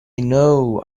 know